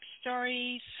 stories